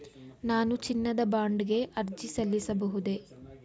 ನಾನು ಚಿನ್ನದ ಬಾಂಡ್ ಗೆ ಅರ್ಜಿ ಸಲ್ಲಿಸಬಹುದೇ?